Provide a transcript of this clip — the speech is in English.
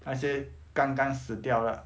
那些刚刚死掉的